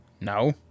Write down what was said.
No